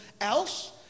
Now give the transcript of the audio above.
else